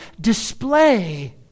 display